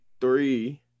three